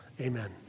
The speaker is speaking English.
Amen